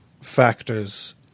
factors